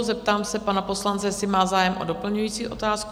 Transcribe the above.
Zeptám se pana poslance, jestli má zájem o doplňující otázku?